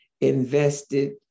invested